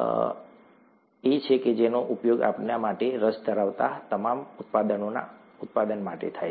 અને જીવપ્રક્રિયા એ એક છે જેનો ઉપયોગ આપણા માટે રસ ધરાવતા આ તમામ ઉત્પાદનોના ઉત્પાદન માટે થાય છે